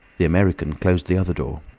the american closed the other door.